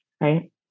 right